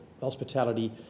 hospitality